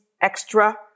extra